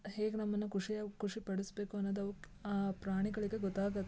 ಹೇಗೆ ನಮ್ಮನ್ನ ಖುಷಿಯಾಗ್ ಖುಷಿ ಪಡಿಸಬೇಕು ಅನ್ನೋದು ಅವ್ಕೆ ಆ ಪ್ರಾಣಿಗಳಿಗೆ ಗೊತ್ತಾಗುತ್ತೆ